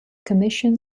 commission